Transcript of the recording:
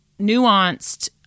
nuanced